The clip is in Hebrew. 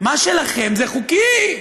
מה שלכם זה חוקי,